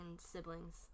siblings